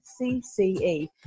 CCE